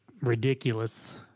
ridiculous